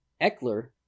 Eckler